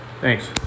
Thanks